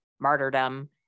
martyrdom